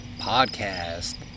Podcast